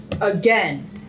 again